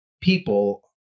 people